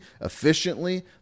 efficiently